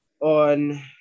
on